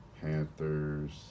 Panthers